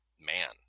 man